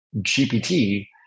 GPT